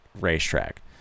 racetrack